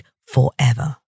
forever